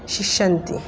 शिक्ष्यन्ति